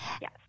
yes